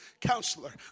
counselor